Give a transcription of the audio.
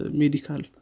medical